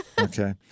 Okay